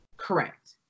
Correct